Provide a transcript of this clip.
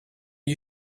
you